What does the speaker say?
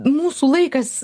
mūsų laikas